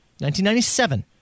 1997